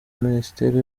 minisiteri